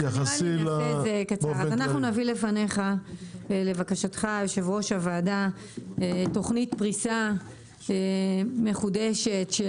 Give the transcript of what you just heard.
אנחנו נביא בפניך לבקשתך היושב ראש תוכנית פריסה מחודשת של